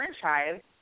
franchise